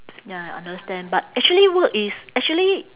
ya I understand but actually work is actually